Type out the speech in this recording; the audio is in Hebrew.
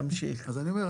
אז אני אומר,